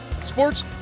sports